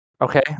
Okay